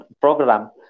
program